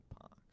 parks